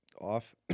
off